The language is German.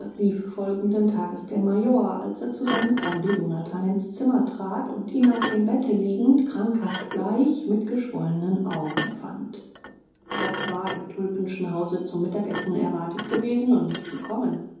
rief folgenden tages der major als er zu seinem freunde jonathan ins zimmer trat und ihn auf dem bette liegend krankhaft bleich mit geschwollenen augen fand frock war im tulpenschen hause zum mittagessen erwartet gewesen und nicht gekommen